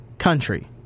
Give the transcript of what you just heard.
country